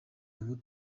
ubu